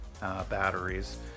batteries